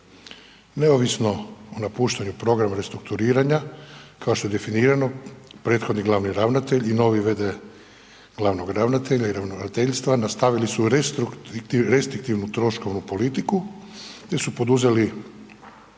Neovisno o napuštanju programa restrukturiranja kao što je definirano, prethodni glavni ravnatelj i novi v.d. glavnog ravnatelja i ravnateljstva nastavili su restriktivnu troškovnu politiku jer su poduzeli